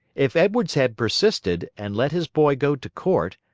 if edwards had persisted, and let his boy go to court,